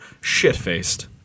shit-faced